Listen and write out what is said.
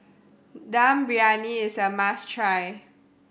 Dum Briyani is a must try